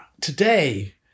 today